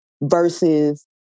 versus